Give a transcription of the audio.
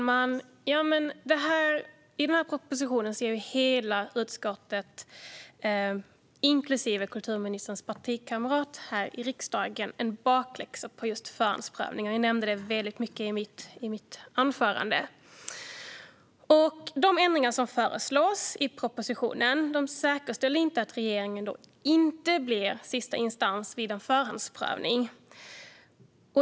Fru talman! Hela utskottet, inklusive kulturministerns partikamrat här i riksdagen, ger bakläxa på just förhandsprövningen. Jag nämnde det väldigt mycket i mitt anförande. De ändringar som föreslås i propositionen säkerställer inte att regeringen inte blir sista instans vid en förhandsprövning.